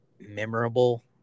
memorable